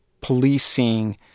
policing